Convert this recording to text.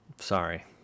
sorry